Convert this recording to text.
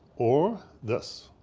or this?